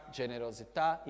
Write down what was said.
generosità